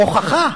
הוכחה.